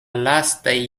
lastaj